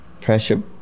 Pressure